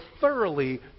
thoroughly